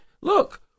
look